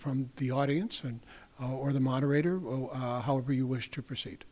from the audience and or the moderator however you wish to proceed